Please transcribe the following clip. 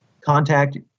contact